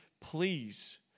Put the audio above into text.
please